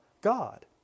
God